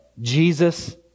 Jesus